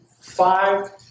five